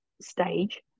stage